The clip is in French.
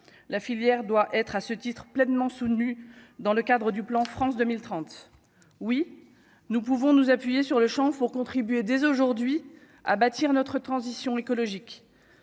la filière doit être à ce titre-pleinement soutenu dans le cadre du plan France 2030, oui, nous pouvons nous appuyer sur le Champ pour contribuer dès aujourd'hui à bâtir notre transition écologique